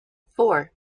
four